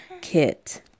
kit